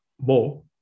more